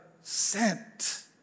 sent